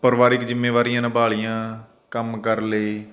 ਪਰਿਵਾਰਿਕ ਜ਼ਿੰਮੇਵਾਰੀਆਂ ਨਿਭਾ ਲਈਆਂ ਕੰਮ ਕਰ ਲਏ